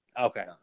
Okay